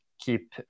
keep